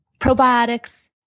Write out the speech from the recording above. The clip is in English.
probiotics